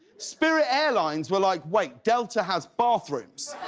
spirit airlines were like wait, delta has bathrooms.